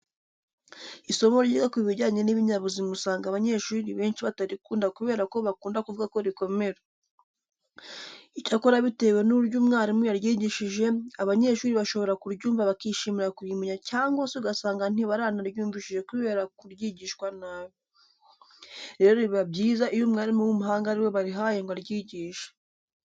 Isomo ryiga ku bijyanye n'ibinyabuzima usanga abanyeshuri benshi batarikunda kubera bakunda kuvuga ko rikomera. Icyakora bitewe n'uburyo umwarimu yaryigishije, abanyeshuri bashobora kuryumva bakishimira kurimenya cyangwa se ugasanga ntibanaryumvishije kubera kuryigishwa nabi. Rero biba byiza iyo umwarimu w'umuhanga ari we barihaye ngo aryigishe.